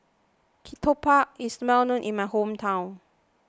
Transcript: Ketupat is well known in my hometown